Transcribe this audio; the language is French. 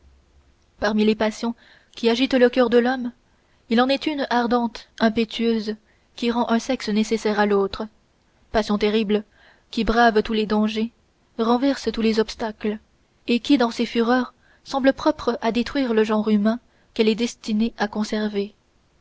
parmi les passions qui agitent le cœur de l'homme il en est une ardente impétueuse qui rend un sexe nécessaire à l'autre passion terrible qui brave tous les dangers renverse tous les obstacles et qui dans ses fureurs semble propre à détruire le genre humain qu'elle est destinée à conserver